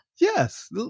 Yes